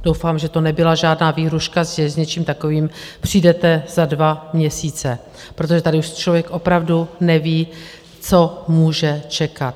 Doufám, že to nebyla žádná výhrůžka, že s něčím takovým přijdete za dva měsíce, protože tady už člověk opravdu neví, co může čekat.